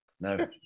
No